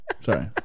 Sorry